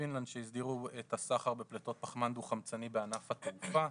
בפינלנד הסדירו את הסחר בפליטות פחמן דו חמצני בענף התעופה.